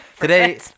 Today